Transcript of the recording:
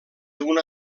una